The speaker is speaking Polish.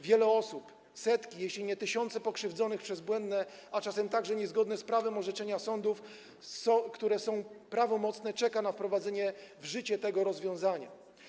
Wiele osób, setki, jeśli nie tysiące pokrzywdzonych przez błędne, a czasem także niezgodne z prawem orzeczenia sądów, które są prawomocne, czeka na wprowadzenie w życie tego rozwiązania.